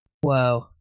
Whoa